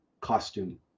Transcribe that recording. costume